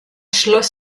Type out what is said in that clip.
schloss